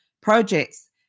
projects